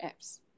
apps